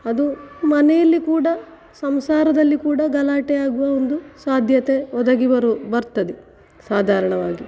ಅದು ಮನೆಯಲ್ಲಿ ಕೂಡ ಸಂಸಾರದಲ್ಲಿ ಕೂಡ ಗಲಾಟೆ ಆಗುವ ಒಂದು ಸಾಧ್ಯತೆ ಒದಗಿ ಬರು ಬರ್ತದೆ ಸಾಧಾರಣವಾಗಿ